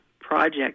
project